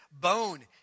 bone